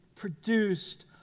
produced